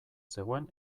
zegoen